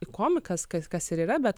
komikas kas kas ir yra bet